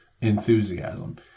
enthusiasm